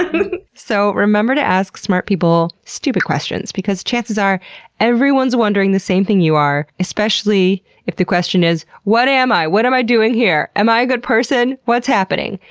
ah so remember to ask smart people stupid questions, because chances are everyone's wondering the same thing you are, especially if the question is, what am i? what am i doing here? am i a good person? what's happening?